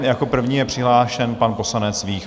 Jako první je přihlášen pan poslanec Vích.